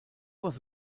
was